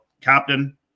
Captain